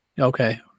Okay